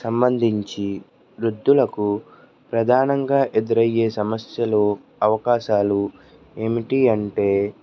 సంబంధించి వృద్ధులకు ప్రధానంగా ఎదురయ్యే సమస్యలు అవకాశాలు ఏమిటి అంటే